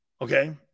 Okay